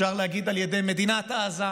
אפשר להגיד על ידי מדינת עזה,